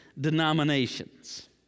denominations